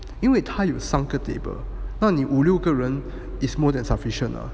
因为它有三个 table 那你五六个人 is more than sufficient ah